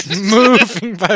Moving